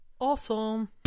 Awesome